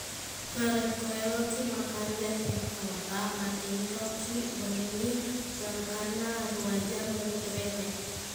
Narekko eloqkiq makanjaq tinrotaq matinrokiq wenni gangkanna aruwa jang lettuq eleq